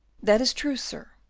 that is true, sir.